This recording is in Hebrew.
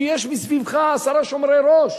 כי יש מסביבך עשרה שומרי-ראש.